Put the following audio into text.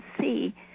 see